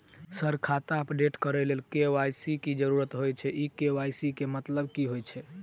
Sir खाता update करऽ लेल के.वाई.सी की जरुरत होइ छैय इ के.वाई.सी केँ मतलब की होइ छैय?